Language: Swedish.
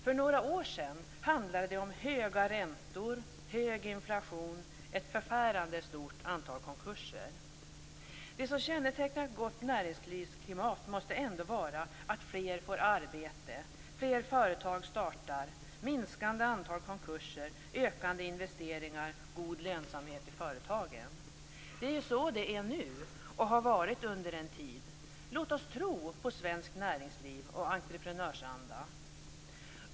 För några år sedan handlade det om höga räntor, hög inflation och ett förfärande stort antal konkurser. Det som kännetecknar ett gott näringslivsklimat måste ändå vara att fler får arbete, att fler företag startar, att antalet konkurser minskar, att investeringarna ökar och att företagen har en god lönsamhet. Det är ju så det är nu och har varit under en tid. Låt oss tro på svenskt näringsliv och svensk entreprenörsanda!